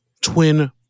twin